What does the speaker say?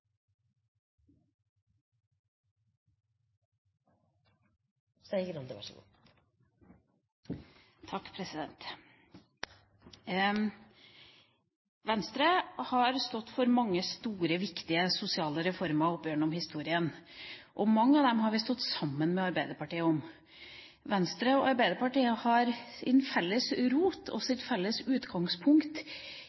Venstre har stått for mange store, viktige sosiale reformer opp gjennom historien, og mange av dem har vi stått sammen med Arbeiderpartiet om. Venstre og Arbeiderpartiet har en felles rot og